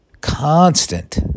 constant